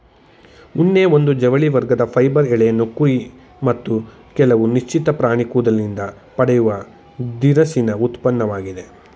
ಉಣ್ಣೆ ಒಂದು ಜವಳಿ ವರ್ಗದ ಫೈಬರ್ ಎಳೆಯನ್ನು ಕುರಿ ಮತ್ತು ಕೆಲವು ನಿಶ್ಚಿತ ಪ್ರಾಣಿ ಕೂದಲಿಂದ ಪಡೆಯುವ ದಿರಸಿನ ಉತ್ಪನ್ನವಾಗಿದೆ